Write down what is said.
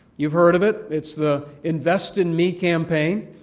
you've heard of it. it's the invest in me campaign.